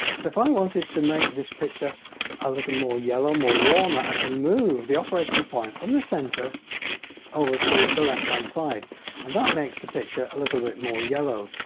so if i wanted to make this picture a little more yellow more warmer i can move the operating point from the center over to the left hand side and that makes the picture a little bit more yellow.